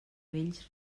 vells